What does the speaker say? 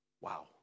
wow